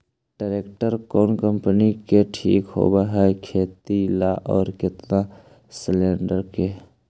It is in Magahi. ट्रैक्टर कोन कम्पनी के ठीक होब है खेती ल औ केतना सलेणडर के?